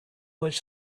was